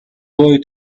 boy